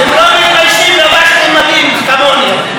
לא מתביישים, כמוני.